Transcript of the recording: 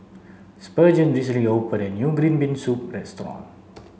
spurgeon recently opened a new green bean soup restaurant